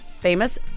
famous